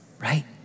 right